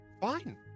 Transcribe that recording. Fine